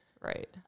Right